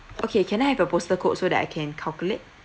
okay can I have your postal code so that I can calculate